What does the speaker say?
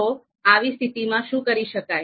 તો આવી સ્થિતિમાં શું કરી શકાય